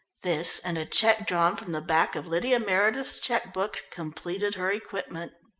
this, and a cheque drawn from the back of lydia meredith's cheque-book, completed her equipment.